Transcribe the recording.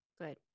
Good